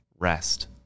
rest